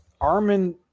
Armin